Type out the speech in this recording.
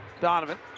Donovan